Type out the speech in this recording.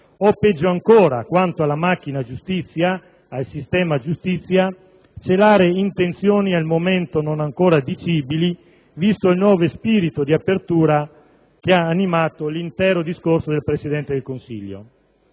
o peggio ancora, quanto alla macchina giustizia, al sistema giustizia, celare intenzioni al momento non ancora dicibili, visto il nuovo spirito di apertura che ha animato l'intero discorso del Presidente del Consiglio.